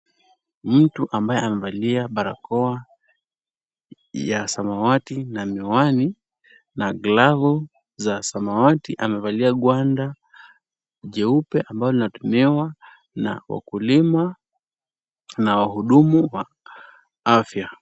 Mtu ambaye amevalia barakoa ya samawati na miwani na glavu za samawati amevalia gwanda jeupe ambalo linatumiwa na wakulima na wahudumu wa afya.